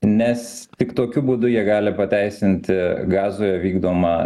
nes tik tokiu būdu jie gali pateisinti gazoje vykdomą